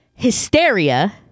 Hysteria